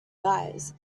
guys